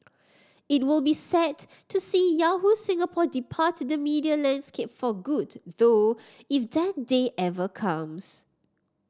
it will be sad to see Yahoo Singapore depart the media landscape for good though if that day ever comes